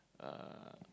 uh